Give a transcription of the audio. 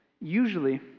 usually